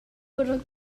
bwrw